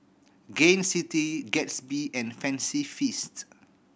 Gain City Gatsby and Fancy Feast